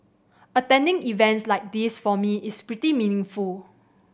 attending events like this for me is pretty meaningful